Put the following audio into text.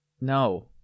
No